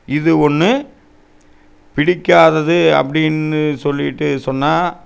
இது ஒன்று பிடிக்காதது அப்படின்னு சொல்லிவிட்டு சொன்னால்